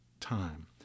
time